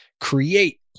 create